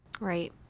right